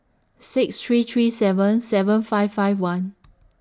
six three three seven seven five five one